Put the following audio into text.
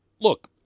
Look